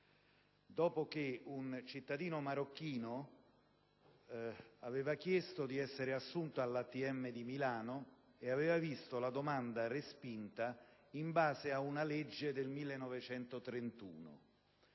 dopo che un cittadino marocchino aveva chiesto di essere assunto all'ATM di Milano e aveva visto respingere la sua domanda in base ad una legge del 1931.